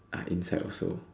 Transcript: are inside also